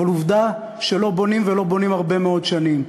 אבל עובדה שלא בונים, ולא בונים הרבה מאוד שנים.